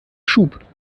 schub